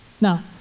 Now